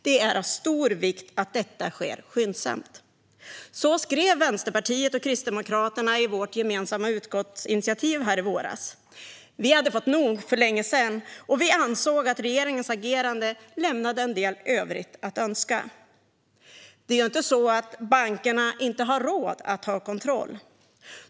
Det är av stor vikt att detta sker skyndsamt. Så skrev vi i Vänsterpartiet och Kristdemokraterna i vårt gemensamma utskottsinitiativ i våras. Vi hade fått nog för länge sedan, och vi ansåg att regeringens agerande lämnade en del övrigt att önska. Det är ju inte så att bankerna inte har råd att ha kontroll.